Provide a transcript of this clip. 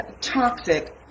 toxic